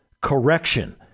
correction